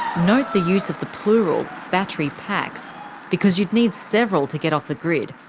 note the use of the plural battery packs because you'd need several to get off the grid,